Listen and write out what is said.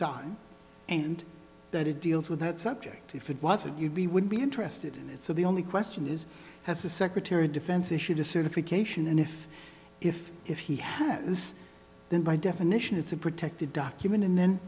time and that it deals with that subject if it wasn't we would be interested in it so the only question is has the secretary of defense issued a certification and if if if he has then by definition it's a protected document and then